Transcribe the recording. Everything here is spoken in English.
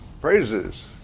Praises